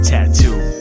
Tattoo